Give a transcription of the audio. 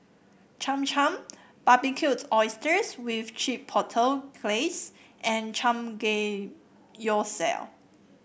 Cham Cham Barbecued Oysters with Chipotle Glaze and Samgeyopsal